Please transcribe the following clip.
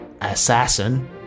Assassin